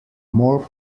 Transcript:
more